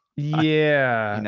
yeah,